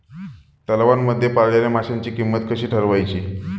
तलावांमध्ये पाळलेल्या माशांची किंमत कशी ठरवायची?